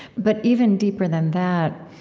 but even deeper than that,